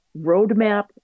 roadmap